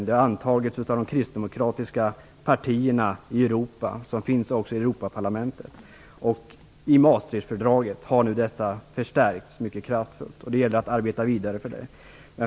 Den har antagits av de kristdemokratiska partierna i Europa, och de finns också i Europaparlamentet. Den har förstärkts mycket kraftfullt i Maastrichtfördraget. Det gäller att arbeta vidare med detta.